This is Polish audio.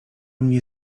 mnie